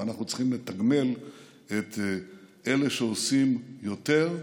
ואנחנו צריכים לתגמל את אלה שעושים יתר.